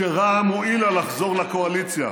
כשרע"מ הואילה לחזור לקואליציה?